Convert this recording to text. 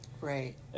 Right